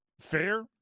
fair